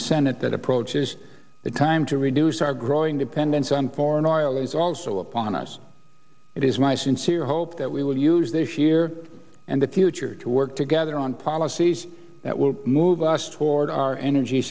the senate that approaches the time to reduce our growing dependence on foreign oil is also upon us it is my sincere hope that we will use this year and the future to work together on policies that will move us toward our energy